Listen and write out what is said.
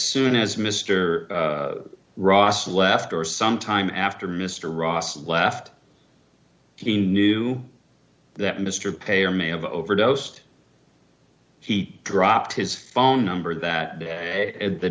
soon as mr ross left or some time after mr ross left he knew that mr payer may have overdosed he dropped his phone number that day